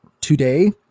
today